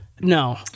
No